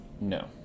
no